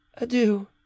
adieu